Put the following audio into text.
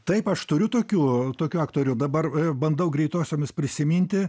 taip aš turiu tokių tokių aktorių dabar bandau greitosiomis prisiminti